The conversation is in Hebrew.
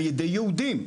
על ידי יהודים.